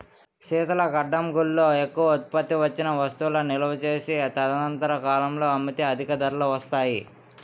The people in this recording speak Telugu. శీతల గడ్డంగుల్లో ఎక్కువ ఉత్పత్తి వచ్చిన వస్తువులు నిలువ చేసి తదనంతర కాలంలో అమ్మితే అధిక ధరలు వస్తాయి